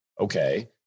okay